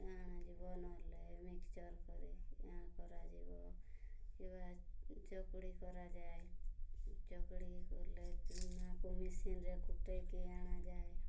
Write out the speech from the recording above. ଅଣାଯିବ ନହେଲେ ମିକ୍ସଚର୍ କରିକି କରାଯିବ କିବା ଚକୁଡ଼ି କରାଯାଏ ଚକୁଡ଼ିକି କଲେ ଚୁନାକୁ ମେସିନ୍ରେ କୁଟେଇକି ଅଣାଯାଏ